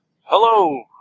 Hello